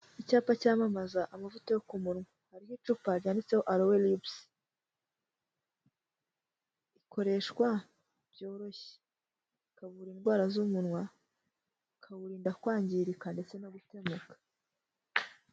Icyapa cyamamaza amavuta yo ku munwa, hariho icupa rditseho arowe lipusi, ikoreshwa byoroshye, ikavura indwara z'umunwa, ukawurinda kwangirika ndetse no gutoboka.